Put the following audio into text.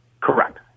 Correct